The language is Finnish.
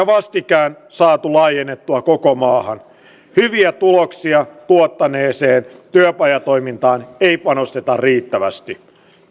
vastikään saatu laajennettua koko maahan hyviä tuloksia tuottaneeseen työpajatoimintaan ei panosteta riittävästi